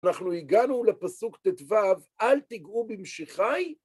אנחנו הגענו לפסוק טית וו, אל תגעו במשיחי.